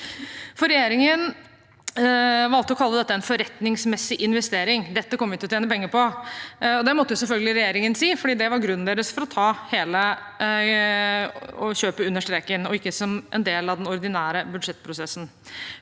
Regjeringen valgte å kalle dette en forretningsmessig investering. Dette kommer vi til å tjene penger på. Det måtte selvfølgelig regjeringen si, for det var grunnen deres for å kjøpe under streken og ikke som en del av den ordinære budsjettprosessen.